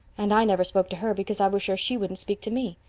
and i never spoke to her because i was sure she wouldn't speak to me.